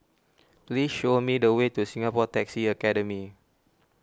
please show me the way to Singapore Taxi Academy